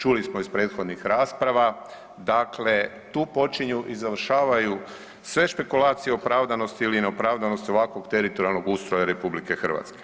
Čuli smo iz prethodnih rasprava, dakle tu počinju i završavaju sve špekulacije opravdanosti ili neopravdanosti ovakvog teritorijalnog ustroja RH.